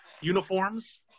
uniforms